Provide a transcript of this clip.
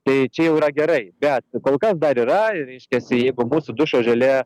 tai čia jau yra gerai bet kol kas dar yra ir reiškiasi jeigu mūsų dušo želė